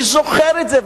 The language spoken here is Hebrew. אני זוכר את זה,